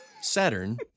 Saturn